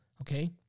okay